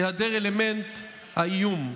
היעדר אלמנט האיום.